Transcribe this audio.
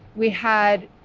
we had.